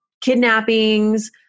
kidnappings